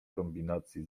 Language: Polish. kombinacji